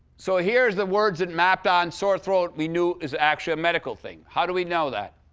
so here's the words that mapped on. sore throat we knew is actually a medical thing. how do we know that?